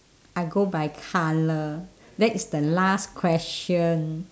I go by colour that is the last question